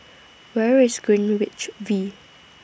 Where IS Greenwich V